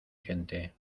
gente